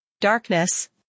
Darkness